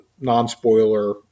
non-spoiler